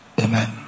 Amen